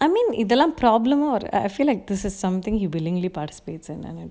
I mean if the lump problem or I feel like this is something he willingly participates in and I